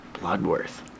Bloodworth